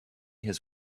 his